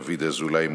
דוד אזולאי,